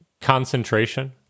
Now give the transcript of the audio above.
concentration